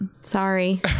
Sorry